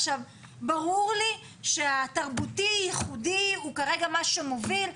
עכשיו ברור לי שהתרבותי ייחודי הוא כרגע משהו מוביל,